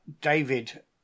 David